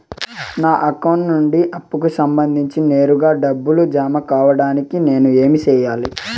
నా అకౌంట్ నుండి అప్పుకి సంబంధించి నేరుగా డబ్బులు జామ కావడానికి నేను ఏమి సెయ్యాలి?